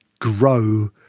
grow